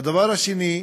הדבר השני,